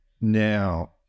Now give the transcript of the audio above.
Now